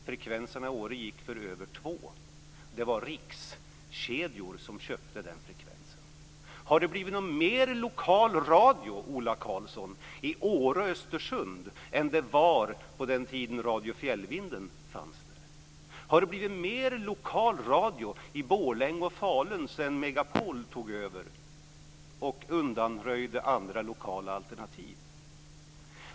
Frekvenserna i Åre gick för över 2 miljoner. Det var rikskedjor som köpte den frekvensen. Har det blivit någon mer lokal radio, Ola Karlsson, i Åre och Östersund än det var på den tiden Radio Fjällvinden fanns där? Har det blivit mer lokal radio i Borlänge och Falun sedan Megapol tog över och undanröjde andra lokala alternativ?